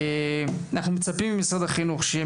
אנחנו מצפים ממשרד החינוך שיהיה